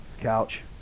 couch